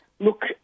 Look